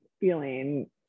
feeling